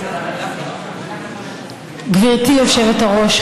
גברתי היושבת-ראש,